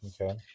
okay